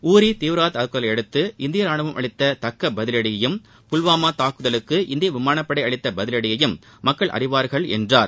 ஊரி தீவிரவாத தாக்குதலையடுத்து இந்திய ராணுவம் அளித்த தக்க பதிலடியையும் புல்வாமா தாக்குதலுக்கு இந்திய விமானப்படை அளித்த பதிவடியையும் மக்கள் அறிவார்கள் என்றார்